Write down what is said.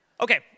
Okay